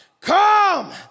come